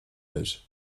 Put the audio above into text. air